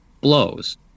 blows